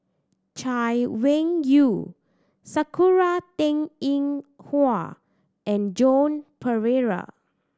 Chay Weng Yew Sakura Teng Ying Hua and Joan Pereira